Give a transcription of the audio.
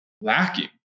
lacking